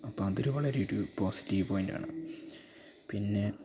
അപ്പോൾ അതിരുകൾ ഒരു പോസിറ്റീവ് പോയിൻ്റ് ആണ് പിന്നെ